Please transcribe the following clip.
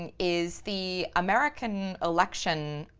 and is the american election